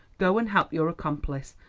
go and help your accomplice,